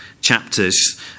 chapters